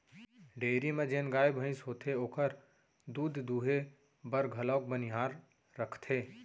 dairy म जेन गाय भईंस होथे ओकर दूद दुहे बर घलौ बनिहार रखथें